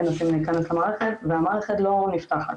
מנסים להכנס למערכת והמערכת לא נפתחת.